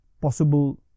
possible